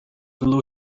below